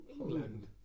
England